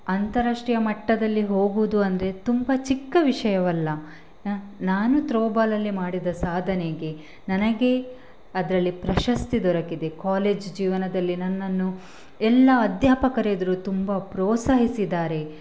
ಅಂತಾರಾಷ್ಟ್ರೀಯ ಮಟ್ಟದಲ್ಲಿ ಹೋಗೋದು ಅಂದರೆ ತುಂಬ ಚಿಕ್ಕ ವಿಷಯವಲ್ಲ ನಾನು ತ್ರೋಬಾಲಲ್ಲಿ ಮಾಡಿದ ಸಾಧನೆಗೆ ನನಗೆ ಅದರಲ್ಲಿ ಪ್ರಶಸ್ತಿ ದೊರಕಿದೆ ಕಾಲೇಜ್ ಜೀವನದಲ್ಲಿ ನನ್ನನ್ನು ಎಲ್ಲ ಅಧ್ಯಾಪಕರೆದುರು ತುಂಬ ಪ್ರೋತ್ಸಾಹಿಸಿದ್ದಾರೆ